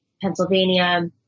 Pennsylvania